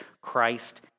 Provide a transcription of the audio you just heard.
Christ